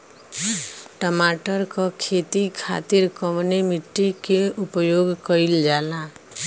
टमाटर क खेती खातिर कवने मिट्टी के उपयोग कइलजाला?